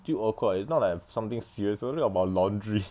still awkward ah it's not like something serious it's only about laundry